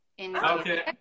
Okay